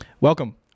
welcome